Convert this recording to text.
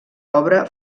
obra